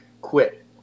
quit